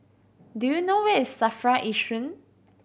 do you know where is SAFRA Yishun